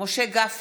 משה גפני,